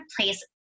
place